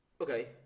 Okay